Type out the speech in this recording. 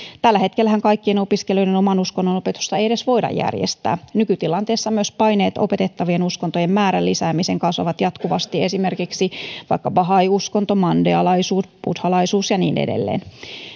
tällä hetkellähän kaikkien opiskelijoiden oman uskonnon opetusta ei edes voida järjestää nykytilanteessa myös paineet opetettavien uskontojen määrän lisäämiseen kasvavat jatkuvasti esimerkiksi vaikka bahai uskonto mandealaisuus buddhalaisuus ja niin edelleen